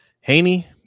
Haney